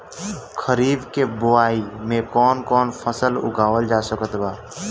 खरीब के बोआई मे कौन कौन फसल उगावाल जा सकत बा?